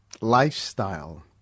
lifestyle